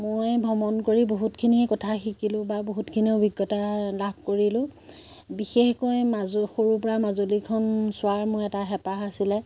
মই ভ্ৰমণ কৰি বহুতখিনিয়ে কথা শিকিলোঁ বা বহুতখিনি অভিজ্ঞতা লাভ কৰিলোঁ বিশেষকৈ মাজ সৰুৰে পৰাই মাজুলীখন চোৱাৰ মোৰ এটা হেঁপাহ আছিলে